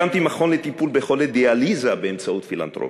הקמתי מכון לטיפול בחולי דיאליזה באמצעות פילנתרופיה,